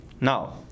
Now